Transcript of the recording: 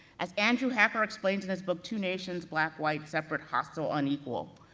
as andrew hacker explains in his book, two nations, black, white, separate, hostile, unequal,